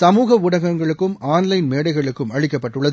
சமூக ஊடகங்களுக்கும் online மேடைகளுக்கும் அளிக்கப்பட்டுள்ளது